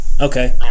Okay